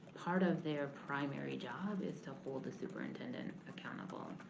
part of their primary job is to hold the superintendent accountable.